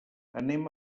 anem